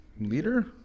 Leader